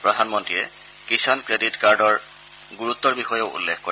প্ৰধানমন্ত্ৰীয়ে কিষাণ ক্ৰেডিট কাৰ্ডৰ গুৰুত্বৰ বিষয়েও উল্লেখ কৰে